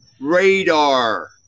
Radar